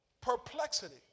Perplexity